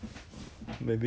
you are going outside to eat